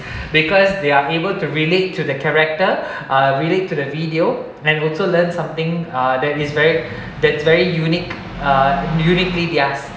because they are able to relate to the character uh relate to the video and also learn something uh that is very that's very unique uh uniquely theirs